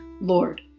Lord